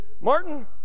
Martin